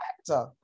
actor